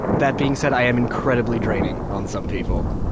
that being said, i am incredibly draining on some people.